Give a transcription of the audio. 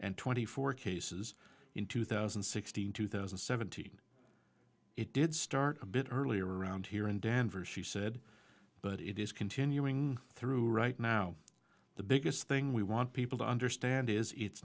and twenty four cases in two thousand and sixteen two thousand and seventeen it did start a bit earlier around here in danvers she said but it is continuing through right now the biggest thing we want people to understand is it's